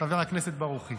חבר הכנסת ברוכי.